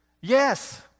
Yes